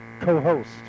co-host